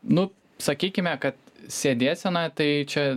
nu sakykime kad sėdėsena tai čia